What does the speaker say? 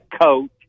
coach